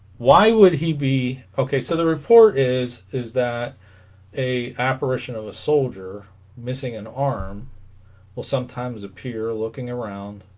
why would he be okay so the report is is that a apparition of a soldier missing an arm will sometimes appear looking around